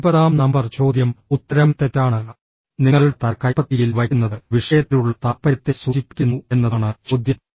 ഒൻപതാം നമ്പർ ചോദ്യം ഉത്തരം തെറ്റാണ് നിങ്ങളുടെ തല കൈപ്പത്തിയിൽ വയ്ക്കുന്നത് വിഷയത്തിലുള്ള താൽപ്പര്യത്തെ സൂചിപ്പിക്കുന്നു എന്നതാണ് ചോദ്യം